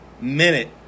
minute